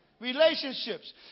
Relationships